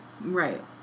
Right